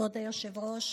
כבוד היושב-ראש,